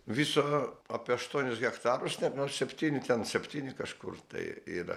viso apie aštuonis hektarus ne nors septyni ten septyni kažkur tai yra